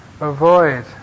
avoid